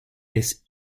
des